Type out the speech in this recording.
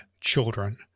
children